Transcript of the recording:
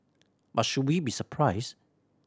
but should we be surprised